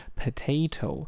potato